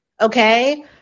okay